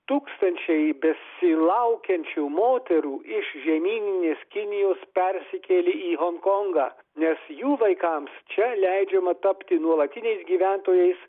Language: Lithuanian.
tūkstančiai besilaukiančių moterų iš žemyninės kinijos persikėlė į honkongą nes jų vaikams čia leidžiama tapti nuolatiniais gyventojais